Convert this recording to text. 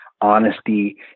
honesty